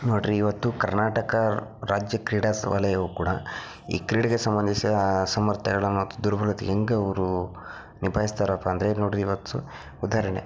ನೋಡಿ ರೀ ಇವತ್ತು ಕರ್ನಾಟಕ ರಾಜ್ಯ ಕ್ರೀಡಾ ಸ ವಲಯವು ಕೂಡ ಈ ಕ್ರೀಡೆಗೆ ಸಂಬಂಧಿಸಿದ ಅಸಾಮರ್ಥ್ಯಗಳನ್ನು ಮತ್ತು ದುರ್ಬಲತೆ ಹೆಂಗೆ ಅವರು ನಿಭಾಯಿಸ್ತಾರಪ್ಪ ಅಂದರೆ ಇಲ್ಲಿ ನೋಡಿ ರೀ ಇವತ್ತು ಉದಾಹರಣೆ